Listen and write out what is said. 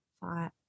five